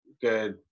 good